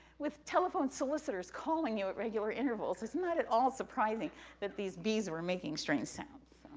with telephone solicitors calling you at regular intervals. it's not at all surprising that these bees were making strange sounds.